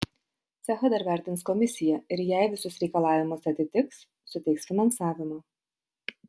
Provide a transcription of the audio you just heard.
cechą dar vertins komisija ir jei visus reikalavimus atitiks suteiks finansavimą